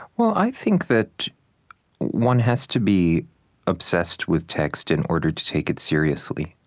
well, i think that one has to be obsessed with text in order to take it seriously.